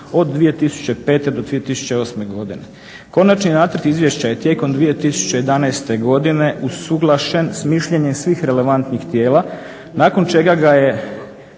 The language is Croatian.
od 2005. do 2008. godine. Konačni nacrt izvješća je tijekom 2011. godine usuglašen s mišljenjem svih relevantnih tijela nakon čega ga je